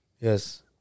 Yes